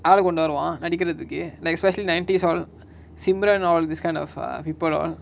ஆள கொண்டு வருவா நடிகுரதுக்கு:aala kondu varuva nadikurathuku like especially nineties all simbran all this kind of uh people all